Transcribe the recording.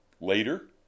Later